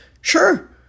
sure